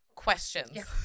questions